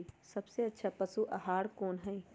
सबसे अच्छा पशु आहार कोन हई?